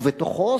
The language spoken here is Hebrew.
ובתוכו,